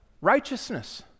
righteousness